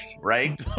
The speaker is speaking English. right